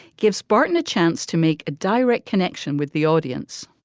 give spartan a chance to make a direct connection with the audience.